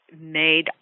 made